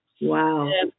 Wow